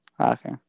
Okay